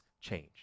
change